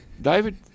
David